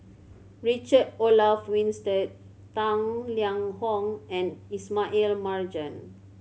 Richard Olaf Winstedt Tang Liang Hong and Ismail Marjan